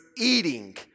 eating